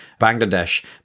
Bangladesh